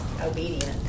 obedient